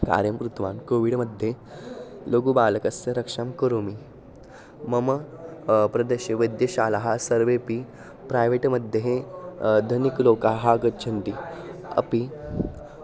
कार्यं कृतवान् कोविड् मध्ये लघुबालकस्य रक्षां करोमि मम प्रदेशे वैद्यशालाः सर्वेपि प्रैवेट् मध्ये धनिकलोकाः आगच्छन्ति अपि